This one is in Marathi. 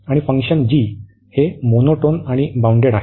आणि फंक्शन g हे मोनोटोन आणि बाउंडेड आहे